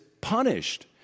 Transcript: punished